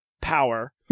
power